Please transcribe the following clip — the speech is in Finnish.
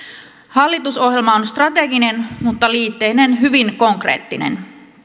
hallitusohjelma on strateginen mutta liitteineen hyvin konkreettinen